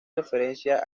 referencia